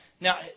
Now